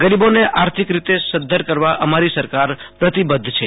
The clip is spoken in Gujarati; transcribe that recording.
ગરીબોને આર્થિક રીતે સધ્ધર કરવા અમારી સરકાર પ્રતિબધ્ધ છે